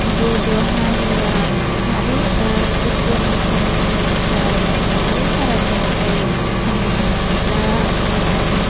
बद' हारिया मारै गुबुन फोरनिफ्राय माबोरै फाराग गोनां जायो होननो थाङोब्ला